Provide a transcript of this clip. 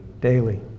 Daily